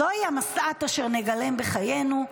זוהי המשאת אשר נגלם בחיינו,